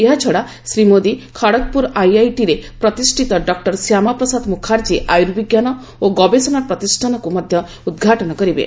ଏହାଛଡା ଶ୍ରୀ ମୋଦୀ ଖଡଗପୁର ଆଇଆଇଟିରେ ପ୍ରତିଷ୍ଠିତ ଡକ୍ଟର ଶ୍ୟାମାପ୍ରସାଦ ମୁଖାର୍ଜୀ ଆର୍ୟୁବିଜ୍ଞାନ ଓ ଗବେଷଣା ପ୍ରତିଷ୍ଠାନକୁ ମଧ୍ୟ ଉଦ୍ଘାଟନ କରିବେ